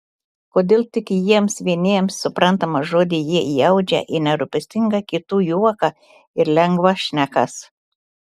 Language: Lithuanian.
kodėl tik jiems vieniems suprantamą žodį jie įaudžia į nerūpestingą kitų juoką ir lengvas šnekas